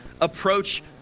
approach